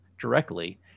directly